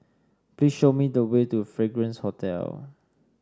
please show me the way to Fragrance Hotel